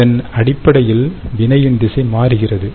இதன் அடிப்படையில் வினையின்திசை மாறுகிறது